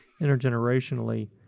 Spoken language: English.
intergenerationally